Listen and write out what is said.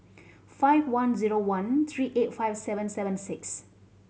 five one zero one three eight five seven seven six